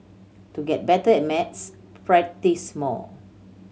to get better at maths practise more